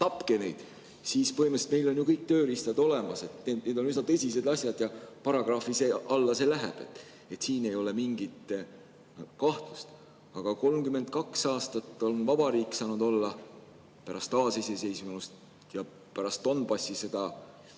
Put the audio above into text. tapke neid – siis on meil põhimõtteliselt ju kõik tööriistad olemas. Need on üsna tõsised asjad ja paragrahvi alla see läheb, siin ei ole mingit kahtlust. Aga 32 aastat on vabariik saanud olla pärast taasiseseisvumist, pärast Donbassi sõja